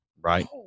right